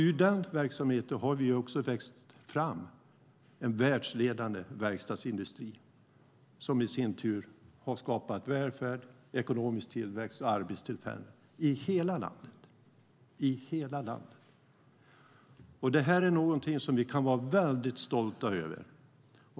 Ur denna verksamhet har det också växt fram en världsledande verkstadsindustri som i sin tur har skapat välfärd, ekonomisk tillväxt och arbetstillfällen i hela landet. Detta är någonting som vi kan vara stolta över.